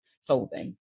solving